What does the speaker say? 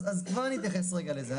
אז כבר אני אתייחס רגע לזה.